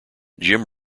jim